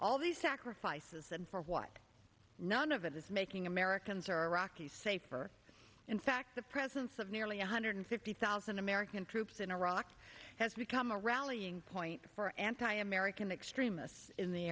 all these sacrifices and for what none of it is making americans or iraqis safer in fact the presence of nearly one hundred fifty thousand american troops in iraq has become a rallying point for anti american extremists in the